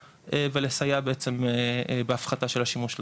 אין לה פלפון.